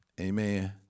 Amen